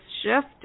shift